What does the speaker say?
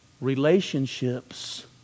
relationships